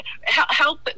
help